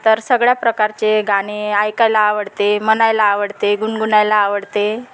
तर सगळ्या प्रकारचे गाणे ऐकायला आवडते म्हणायला आवडते गुणगुणायला आवडते